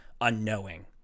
unknowing